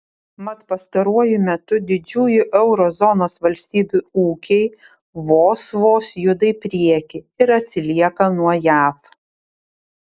mat pastaruoju metu didžiųjų euro zonos valstybių ūkiai vos vos juda į priekį ir atsilieka nuo jav